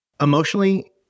Emotionally